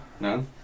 No